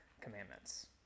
commandments